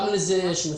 גם לזה יש מחיר.